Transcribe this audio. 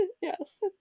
yes